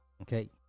Okay